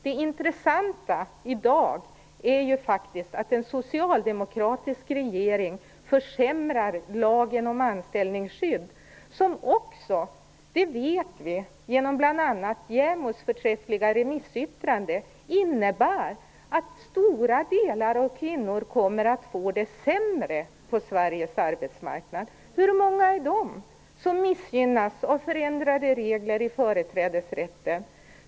Det intressanta i dag är att en socialdemokratisk regering försämrar lagen om anställningsskydd, något som också, det vet vi genom bl.a. JämO:s förträffliga remissyttrande, innebär att stora mängder kvinnor kommer att få det sämre på Sveriges arbetsmarknad. Hur många är de som missgynnas av förändrade regler i företrädesrätten?